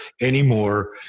anymore